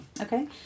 Okay